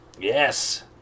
Yes